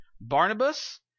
Barnabas